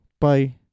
Bye